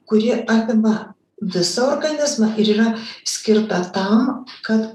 kuri apima visą organizmą ir yra skirta tam kad